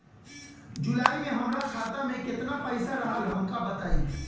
जुलाई में हमरा खाता में केतना पईसा रहल हमका बताई?